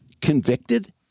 convicted